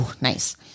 nice